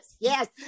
Yes